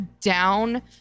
down